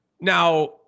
Now